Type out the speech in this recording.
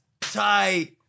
tight